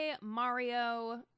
Mario